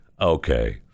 okay